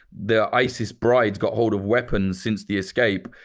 the isis brides got hold of weapons since the escape,